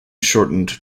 shortened